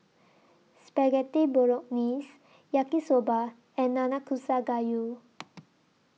Spaghetti Bolognese Yaki Soba and Nanakusa Gayu